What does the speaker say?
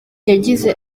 yagize